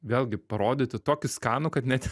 vėlgi parodyti tokį skanų kad net